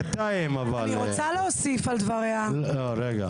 אדוני היושב-ראש, אני מגיע לכאן דווקא מדיון